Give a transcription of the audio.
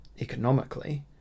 Economically